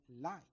light